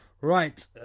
Right